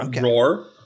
Roar